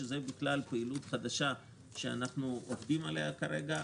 שזה פעילות חדשה שאנחנו עובדים עליה כרגע.